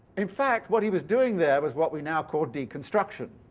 in fact what he was doing there was what we now call deconstruction.